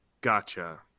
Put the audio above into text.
Gotcha